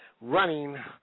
running